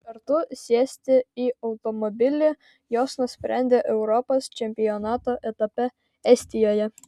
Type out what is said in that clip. kartu sėsti į automobilį jos nusprendė europos čempionato etape estijoje